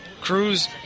Cruz